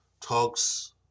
talks